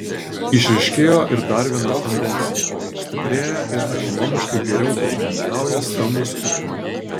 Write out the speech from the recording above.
išryškėjo ir dar viena tendencija stiprėja ir ekonomiškai geriau ūkininkauja stambūs ūkininkai